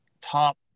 top